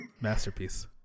Masterpiece